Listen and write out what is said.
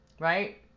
Right